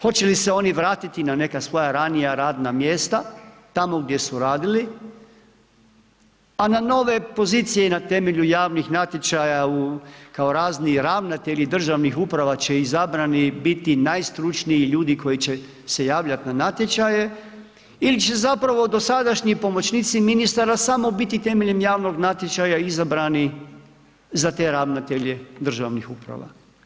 Hoće li se ona vratiti na neka svoja ranija radna mjesta tamo gdje su radili a na nove pozicije, na temelju javnih natječaja u kao razni ravnatelji, državnih uprava, će izabrani biti najstručniji ljudi koji će se javljati na natječaje ili će zapravo dosadašnji pomoćnici ministara samo biti temeljem javnog natječaja izabrani za te ravnatelje državnih uprava.